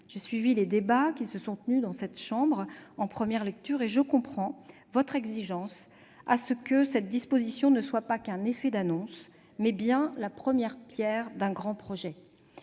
J'ai suivi les débats qui se sont tenus dans cette chambre en première lecture et je comprends votre exigence visant à ce que cette disposition soit non pas seulement un effet d'annonce, mais bien la première pierre d'un grand projet.